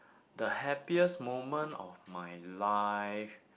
the happiest moment of my life